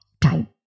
time